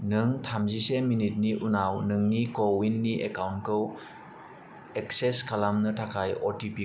नों थामजिसे मिनिटनि उनाव नोंनि क'विननि एकाउन्टखौ एक्सेस खालामनो थाखाय अ टि पि खौ हरफिननो हागोन